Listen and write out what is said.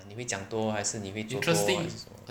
你会讲多还是你会做多还是什么